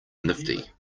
nifty